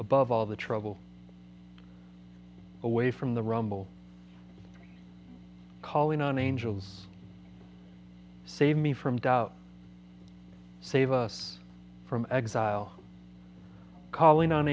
above all the trouble away from the rumble calling on angels save me from doubt save us from exile calling on